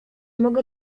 mogę